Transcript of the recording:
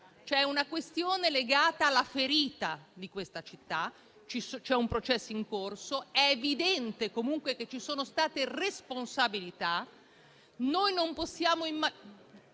c'è una questione legata alla ferita della città. C'è un processo in corso ed è evidente comunque che ci sono state responsabilità.